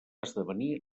esdevenir